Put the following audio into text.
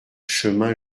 chemin